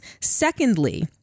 Secondly